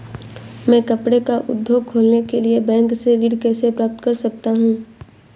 मैं कपड़े का उद्योग खोलने के लिए बैंक से ऋण कैसे प्राप्त कर सकता हूँ?